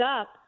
up